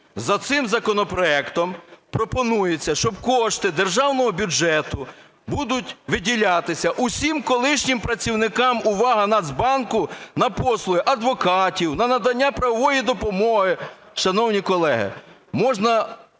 За цим законопроектом пропонується, що кошти державного бюджету будуть виділятися усім колишнім працівникам – увага! - Нацбанку на послуги адвокатів, на надання правової допомоги. Шановні колеги, можна